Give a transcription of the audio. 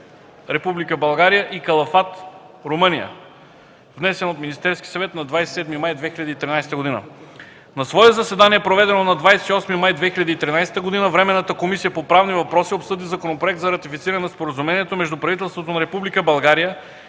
България) и Калафат (Румъния), № 302-02-1, внесен от Министерския съвет на 27 май 2013 г. На свое заседание, проведено на 28 май 2013 г., Временната комисия по правни въпроси обсъди Законопроект за ратифициране на Споразумението между правителството на Република България и